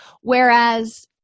Whereas